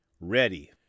ready